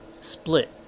split